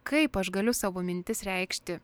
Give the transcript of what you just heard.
kaip aš galiu savo mintis reikšti